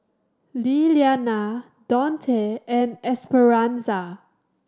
Lillianna Donte and Esperanza